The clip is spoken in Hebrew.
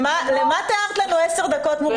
למה תיארת לנו מורכבות במשך 10 דקות?